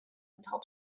until